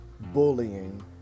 bullying